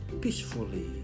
peacefully